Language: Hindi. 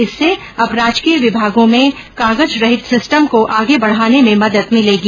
इससे अब राजकीय विभागों में कॉगज रहित सिस्टम को आगे बढ़ाने में मदद मिलेगी